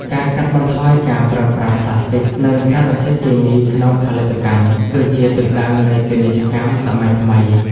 ការកាត់បន្ថយការប្រើប្រាស់ប្លាស្ទិក និងសារធាតុគីមីក្នុងផលិតកម្ម គឺជាទិសដៅនៃពាណិជ្ជកម្មសម័យថ្មី។